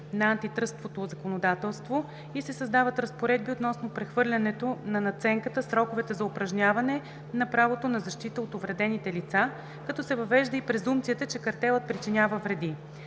на антитръстовото законодателство, и се създават разпоредби относно прехвърлянето на надценката, сроковете за упражняване на правото на защита от увредените лица, като се въвежда и презумпцията, че картелът причинява вреди.